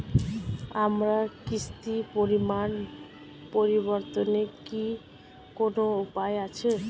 আমার কিস্তির পরিমাণ পরিবর্তনের কি কোনো উপায় আছে?